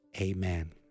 amen